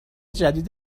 جدید